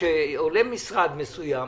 כשעולה משרד מסוים,